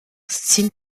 signe